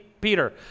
Peter